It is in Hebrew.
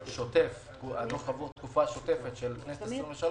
והשוטף הדוח עבור התקופה השוטפת של כנסת 23